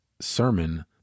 sermon